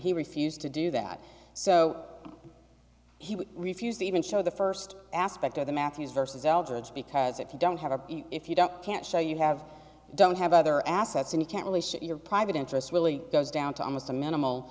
he refused to do that so he refused to even show the first aspect of the matthews vs eldridge because if you don't have a if you don't can't show you have don't have other assets and you can't leave your private interests really goes down to almost a minimal